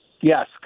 Yes